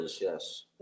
yes